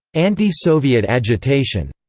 anti-soviet agitation,